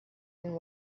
and